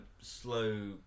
slow